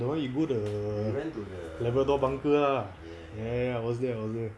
the one you go the labrator bunker ah yea I was there I was there